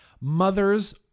mothers